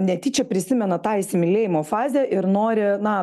netyčia prisimena tą įsimylėjimo fazę ir nori na